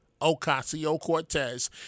Ocasio-Cortez